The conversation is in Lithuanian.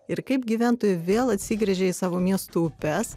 ir kaip gyventojai vėl atsigręžė į savo miestų upes